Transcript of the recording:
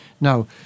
Now